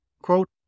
Quote